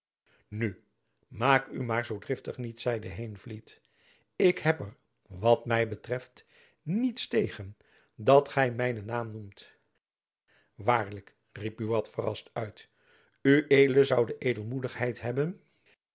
nu maak u maar zoo driftig niet zeide heenvliet ik heb er wat my betreft niets tegen dat gy mijnen naam noemt waarlijk riep buat verrast uit ued zoû de edelmoedigheid hebben